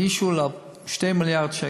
הגישו לו תרופות במחיר של 2 מיליארד שקלים.